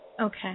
Okay